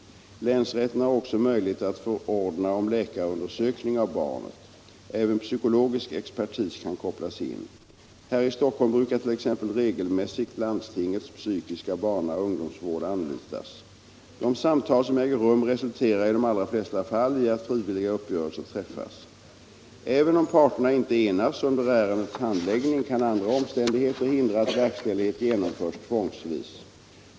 Länsrätten har också möjlighet att förordna om läkarundersökning av barnet. Även psykologisk expertis kan kopplas in. Här i Stockholm brukar t.ex. regelmässigt landstingets psykiska barna och ungdomsvård anlitas. De samtal som äger rum resulterar i de allra flesta fall i att frivilliga uppgörelser träffas. Även om parterna inte enas under ärendets handläggning kan andra omständigheter hindra att verkställighet genomförs tvångsvis.